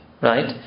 right